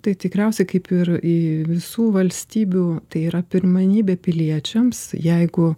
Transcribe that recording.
tai tikriausiai kaip ir į visų valstybių tai yra pirmenybė piliečiams jeigu